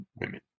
women